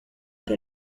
que